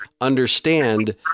understand